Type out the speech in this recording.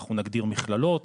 אנחנו נגדיר מכללות,